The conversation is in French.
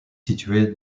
située